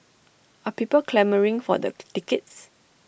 are people clamouring for the tickets